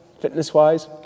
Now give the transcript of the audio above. fitness-wise